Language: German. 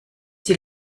sie